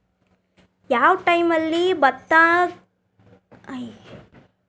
ಯಾವ್ ಟೈಮಲ್ಲಿ ಭತ್ತ ಬೆಳಿಯಾಕ ಗಮನ ನೇಡಬೇಕ್ರೇ?